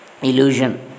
Illusion